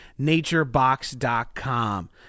NatureBox.com